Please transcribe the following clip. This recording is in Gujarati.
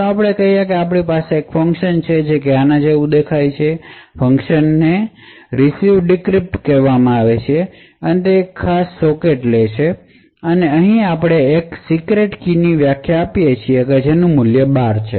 ચાલો આપણે કહીએ કે આપણી પાસે એક ફંકશન છે જે આના જેવું લાગે છે ફંકશનને RecvDecrypt કહેવામાં આવે છે અને તે એક ખાસ સોકેટ લે છે અને અહીં આપણે એક સીક્રેટ કીની વ્યાખ્યા આપીએ છીએ જેનું મૂલ્ય 12 છે